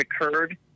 occurred